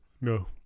No